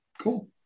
Cool